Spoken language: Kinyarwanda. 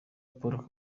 paul